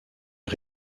est